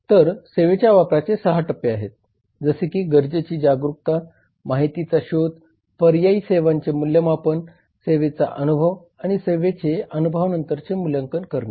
तर सेवेच्या वापराचे 6 टप्पे आहेत जसे की गरजेची जागरूकता माहितीचा शोध पर्यायी सेवांचे मूल्यमापन सेवेचा अनुभव आणि सेवेचे अनुभवानंतरचे मूल्यांकन करणे